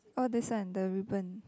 oh this sun the ribbon